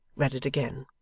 read it again.